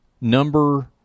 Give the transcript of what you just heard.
number